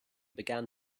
began